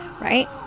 right